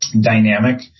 dynamic